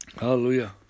Hallelujah